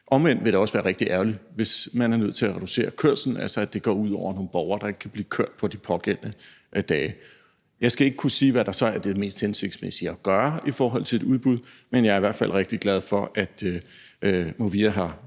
Omvendt vil det også være rigtig ærgerligt, hvis man er nødt til at reducere kørslen og det altså går ud over nogle borgere, der ikke kan blive kørt på de pågældende dage. Jeg skal ikke kunne sige, hvad der så er det mest hensigtsmæssige at gøre i forhold til et udbud, men jeg er i hvert fald rigtig glad for, at Movia har